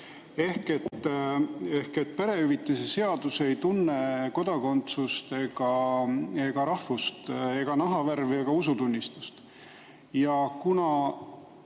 Perehüvitiste seadus ei tunne kodakondsust ega rahvust ega nahavärvi ega usutunnistust.